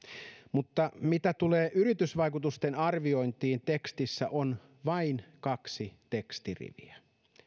mutta mitä tulee yritysvaikutusten arviointiin tekstissä on vain kaksi tekstiriviä